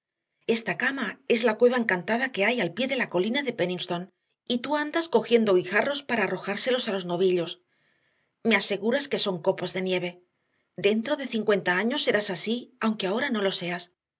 esta cama es la cueva encantada que hay al pie de la colina de pennistons y tú andas cogiendo guijarros para arrojárselos a los novillos me aseguras que son copos de nieve dentro de cincuenta años serás así aunque ahora no lo seas